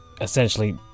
essentially